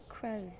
Crows